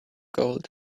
gold